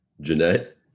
Jeanette